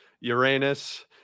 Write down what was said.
Uranus